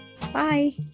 Bye